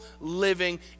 living